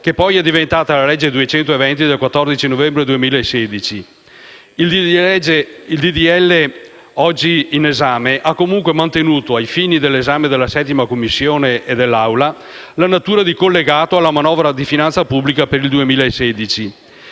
che poi è diventata la legge n. 220 del 14 novembre 2016. Il disegno di legge oggi in esame ha comunque mantenuto, ai fini dell'esame in 7a Commissione e in Assemblea, la natura di collegato alla manovra di finanza pubblica per il 2016.